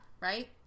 right